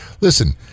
Listen